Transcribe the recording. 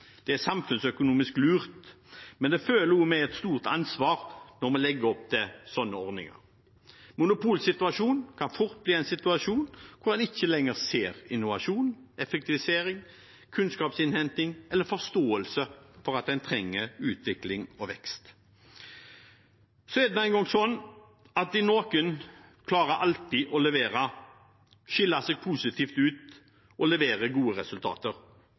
Det er samfunnsøkonomisk lurt, men det følger også med et stort ansvar når vi legger opp til sånne ordninger. En monopolsituasjon kan fort bli en situasjon hvor en ikke lenger ser innovasjon, effektivisering, kunnskapsinnhenting eller forståelse for at en trenger utvikling og vekst. Så er det nå engang sånn at noen klarer alltid å levere, skille seg positivt ut og levere gode resultater.